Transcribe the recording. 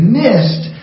missed